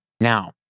Now